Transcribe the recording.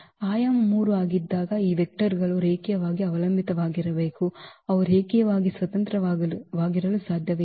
ಆಯಾಮ 3 ಆಗಿದ್ದಾಗ ಈ ವೆಕ್ಟರ್ ಗಳು ರೇಖೀಯವಾಗಿ ಅವಲಂಬಿತವಾಗಿರಬೇಕು ಅವು ರೇಖೀಯವಾಗಿ ಸ್ವತಂತ್ರವಾಗಿರಲು ಸಾಧ್ಯವಿಲ್ಲ